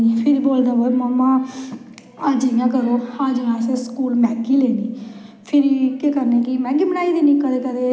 gift दिंदे भ्राऽबड़ा कुश मिलदा देन बास्तै फिर ओह्दे बाद च साढ़ै